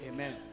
Amen